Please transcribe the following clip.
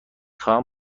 خواهم